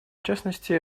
частности